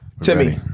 Timmy